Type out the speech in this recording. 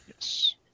Yes